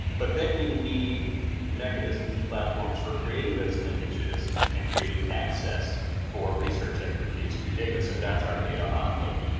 but then you need mechanisms and platforms for creating those linkages and creating access for research expertise to data. so that's our data enclave.